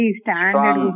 standard